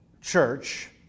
church